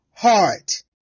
heart